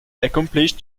accomplished